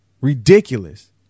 Ridiculous